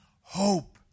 hope